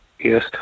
Yes